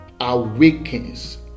awakens